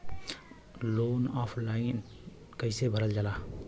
Loan online कइसे भरल जाला?